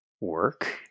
work